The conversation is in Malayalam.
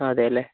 അതെ അല്ലേ